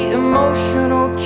emotional